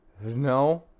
no